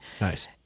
Nice